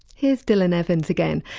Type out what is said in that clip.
here's dylan evans again,